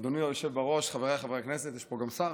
אדוני היושב בראש, חבריי חברי הכנסת, יש פה גם שר,